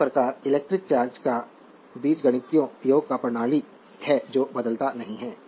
इस प्रकार electric charge का बीजगणितीय योग एक प्रणाली है जो बदलता नहीं है